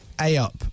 A-Up